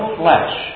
flesh